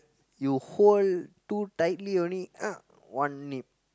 you hold too tightly only one nip